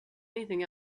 anything